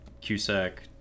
Cusack